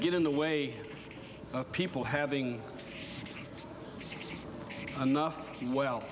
get in the way of people having enough well